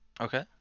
Okay